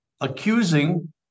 accusing